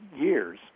years